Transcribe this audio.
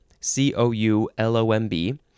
C-O-U-L-O-M-B